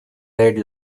red